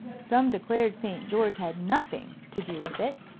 some declared saint george had nothing to do with it,